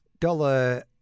dollar